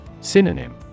Synonym